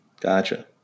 Gotcha